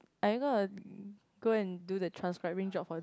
are you gonna go and do the transcribing job for